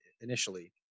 initially